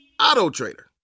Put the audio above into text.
Auto-trader